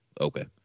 okay